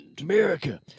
America